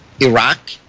Iraq